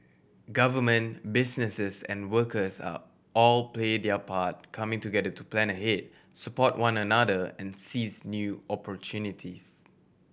government businesses and workers are all play their part coming together to plan ahead support one another and seize new opportunities